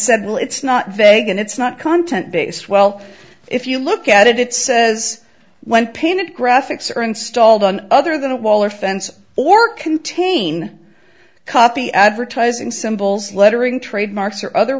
said well it's not vague and it's not content based well if you look at it it says when painted graphics are installed on other than a wall or fence or contain copy advertising symbols lettering trademarks or other